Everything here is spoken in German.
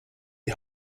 die